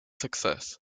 success